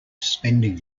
spending